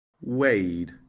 wade